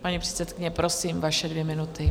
Paní předsedkyně, prosím, vaše dvě minuty.